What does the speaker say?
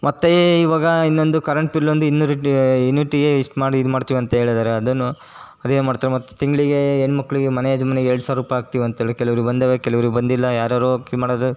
ಮತ್ತು ಇವಾಗ ಇನ್ನೊಂದು ಕರೆಂಟ್ ಬಿಲ್ಲೊಂದು ಇನ್ನೂರು ದ್ ಯುನಿಟ್ಟಿಗೆ ಇಷ್ಟು ಮಾಡಿ ಇದು ಮಾಡ್ತೀವಿ ಅಂತ ಹೇಳಿದ್ದಾರೆ ಅದನ್ನು ಅದೇನ್ಮಾಡ್ತಾರೆ ಮತ್ತು ತಿಂಗಳಿಗೆ ಹೆಣ್ಮಕ್ಳಿಗೆ ಮನೆ ಯಜಮಾನಿಗೆ ಎರಡು ಸಾವಿರ ರೂಪಾಯಿ ಹಾಕ್ತೀವಂತೇಳಿ ಕೆಲವ್ರಿಗಎ ಬಂದಿವೆ ಕೆಲವ್ರಿಗೆ ಬಂದಿಲ್ಲ ಯಾರುಯಾರೋ ಕಿ ಮಾಡೋದು